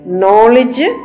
knowledge